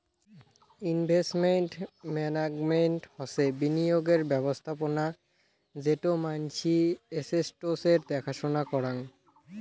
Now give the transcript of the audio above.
investment management হসে বিনিয়োগের ব্যবস্থাপোনা যেটো মানসি এস্সেটস এর দ্যাখা সোনা করাং